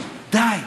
די.